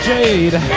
Jade